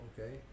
Okay